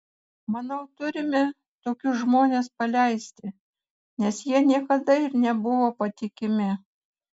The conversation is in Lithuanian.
manau turime tokius žmones paleisti nes jie niekada ir nebuvo patikimi